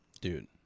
Dude